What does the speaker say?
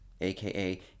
aka